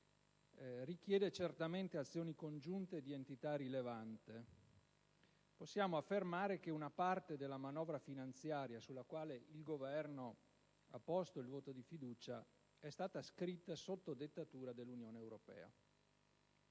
richiede certamente azioni congiunte di entità rilevante. Possiamo affermare che una parte della manovra finanziaria sulla quale il Governo ha posto la questione di fiducia è stata scritta sotto dettatura dell'Unione europea.